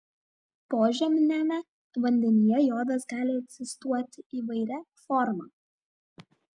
požeminiame vandenyje jodas gali egzistuoti įvairia forma